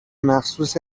مخصوص